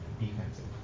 defensive